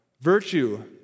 Virtue